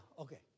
okay